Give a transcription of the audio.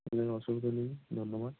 কোনো অসুবিধা নেই ধন্যবাদ